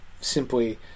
simply